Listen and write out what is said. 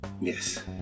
Yes